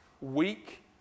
Weak